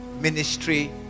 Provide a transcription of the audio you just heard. ministry